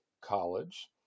College